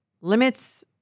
limits